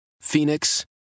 Phoenix